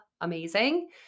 amazing